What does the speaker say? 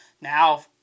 now